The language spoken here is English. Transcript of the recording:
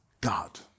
God